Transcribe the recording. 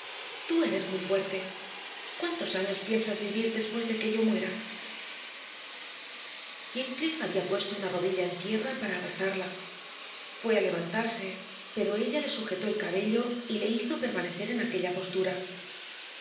tú eres muy fuerte cuántos años piensas vivir después de que yo muera heathcliff había puesto una rodilla en tierra para abrazarla fue a levantarse pero ella le sujetó el cabello y le hizo permanecer en aquella postura